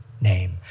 Name